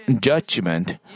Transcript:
Judgment